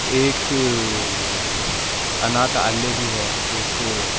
ایک اناتھ آلیہ بھی ہے ایک